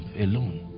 alone